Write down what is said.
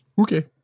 Okay